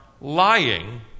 lying